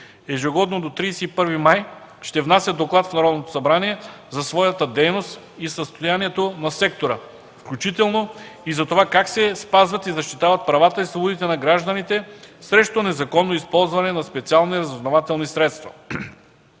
Ежегодно до 31 май ще внася доклад в Народното събрание за своята дейност и състоянието на сектора, включително и за това как се спазват и защитават правата и свободите на гражданите срещу незаконно използване на специални разузнавателни средства.